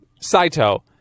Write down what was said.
Saito